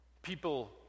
People